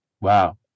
Wow